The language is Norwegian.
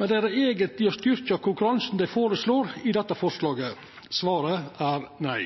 men er det eigentleg å styrkja konkurransen dei føreslår i dette forslaget? Svaret er nei.